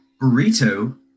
burrito